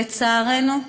לצערנו,